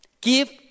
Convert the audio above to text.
Give